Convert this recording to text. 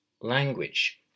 language